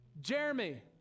Jeremy